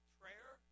prayer